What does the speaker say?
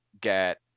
get